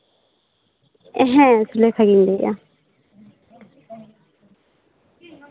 ᱦᱮᱸ ᱥᱩᱞᱮᱠᱷᱟᱜᱤᱧ ᱞᱟᱹᱭᱮᱜᱼᱟ